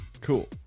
Cool